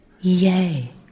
Yay